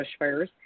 bushfires